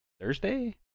Thursday